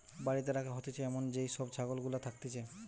বাড়িতে রাখা হতিছে এমন যেই সব ছাগল গুলা থাকতিছে